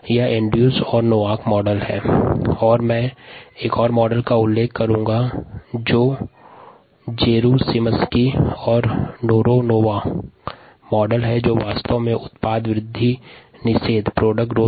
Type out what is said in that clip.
अतः एंड्रयूज और Noack model कहलाता है जो निम्नानुसार है μmSKsS KIKIS एक अन्य मॉडल जेरूसिमस्की और नेरोनोवा मॉडल है जो वास्तव में उत्पाद वृद्धि अवरोध को प्रभावित करता है